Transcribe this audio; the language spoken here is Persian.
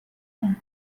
خیریه